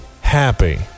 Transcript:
happy